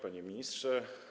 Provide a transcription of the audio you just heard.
Panie Ministrze!